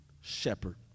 shepherd